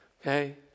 Okay